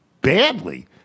badly